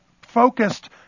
focused